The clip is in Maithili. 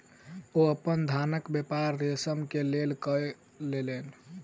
ओ अपन धानक व्यापार रेशम के लेल कय लेलैन